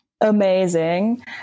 amazing